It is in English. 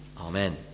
Amen